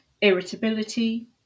irritability